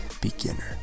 beginner